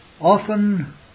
often